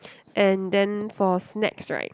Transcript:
and then for snacks right